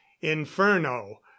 inferno